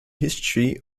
history